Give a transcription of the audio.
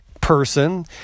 person